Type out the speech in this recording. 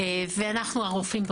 אנחנו, הרופאים,